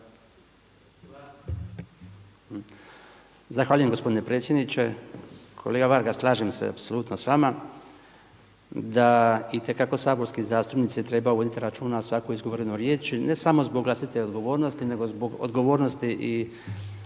Zahvaljujem gospodine predsjedniče. Kolega Varga slažem se apsolutno s vama da itekako saborski zastupnik treba voditi računa o svakoj izgovornoj riječi ne samo zbog vlastite odgovornosti, nego zbog odgovornosti i